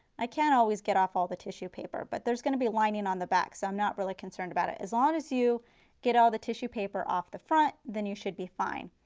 i can't always get off all the tissue paper, but there is going to be a lining on the back. so i am not really concerned about it, as long as you get all the tissue paper off the front, then you should be fine.